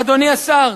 אדוני השר,